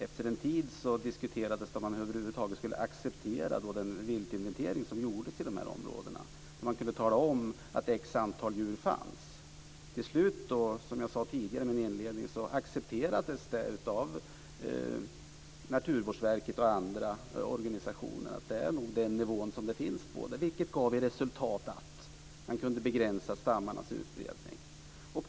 Efter en tid diskuterades det om man över huvud taget skulle acceptera den viltinventering som gjordes i de här områdena, där man kunde tala om att det fanns ett visst antal djur. Till slut accepterades det av Naturvårdsverket och andra organisationer, som jag sade i min inledning, att antalet nog låg på den nivån. Det gav till resultat att man kunde begränsa stammarnas utbredning.